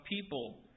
people